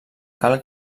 cal